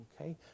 Okay